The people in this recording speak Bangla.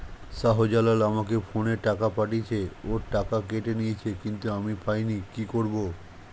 শাহ্জালাল আমাকে ফোনে টাকা পাঠিয়েছে, ওর টাকা কেটে নিয়েছে কিন্তু আমি পাইনি, কি করব?